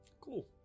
Cool